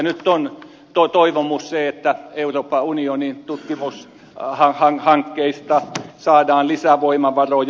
nyt on toivomus se että euroopan unionin tutkimushankkeista saadaan lisävoimavaroja